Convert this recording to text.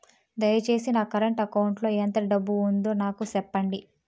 దయచేసి నా current account లో ఎంత డబ్బు ఉందో నాకు సెప్పండి